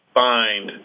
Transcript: find